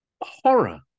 horror